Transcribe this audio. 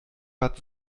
bad